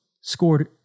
Scored